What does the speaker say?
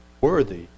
worthy